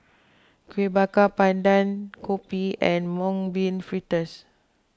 Kuih Bakar Pandan Kopi and Mung Bean Fritters